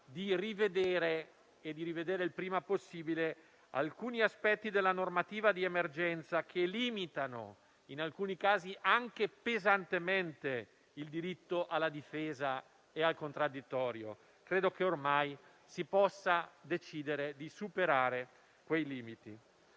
di rivedere - e di farlo il prima possibile - alcuni aspetti della normativa di emergenza, che limitano - in alcuni casi anche pesantemente - il diritto alla difesa e al contraddittorio. Credo che ormai si possa decidere di superare quei limiti.